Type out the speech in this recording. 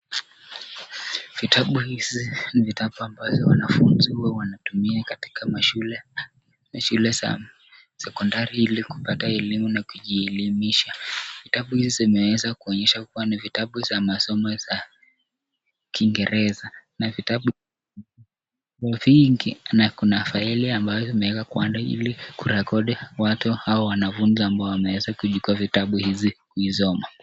Vitabu hizi ni vitabu ambazo wanafunzi huwa wanatumia katika mashule na shule za sekondari ili kupata elimu na kujielimisha. Vitabu hizi zimeweza kuonyesha kuwa ni vitabu za masomo za Kiingereza na vitabu nyingi na kuna faili ambazo zimewekwa kando ili kurekodi watu hao wanafunzi ambao wameweza kujichukua vitabu hizi kuisoma.